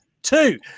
Two